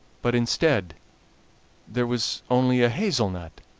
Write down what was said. but instead there was only a hazel-nut.